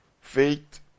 faith